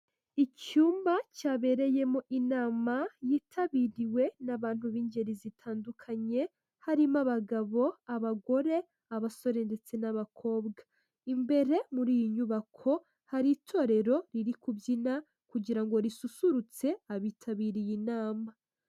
Icyumba cyabereyemo inama yitabiriwe n'abantu b'ingeri zitandukanye, harimo: abagabo, abagore, abasore ndetse n'abakobwa. Imbere muri iyo nyubako, hari itorero riri kubyina kugira ngo risusurutse abitabiriye inama.